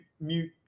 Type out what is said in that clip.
mute